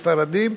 ספרדים.